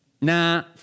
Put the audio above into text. nah